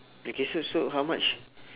okay so so how much